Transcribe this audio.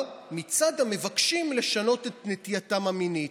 מצד המבקשים לשנות את נטייתם המינית,